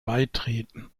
beitreten